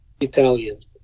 Italian